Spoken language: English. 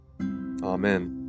Amen